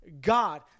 God